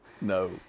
no